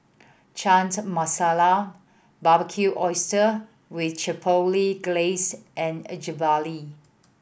Masala Barbecued Oysters with Chipotle Glaze and